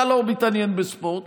אתה לא מתעניין בספורט?